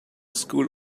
school